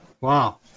Wow